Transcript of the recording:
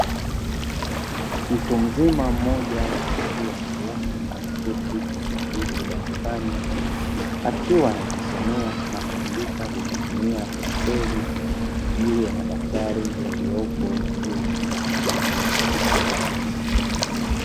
Mtu mzima mmoja wa jinsia ya kiume, ameketi kwa utulivu darasani akiwa anajisomea na kuandika kwa kutumia penseli juu ya madaftari yaliyopo juu ya meza.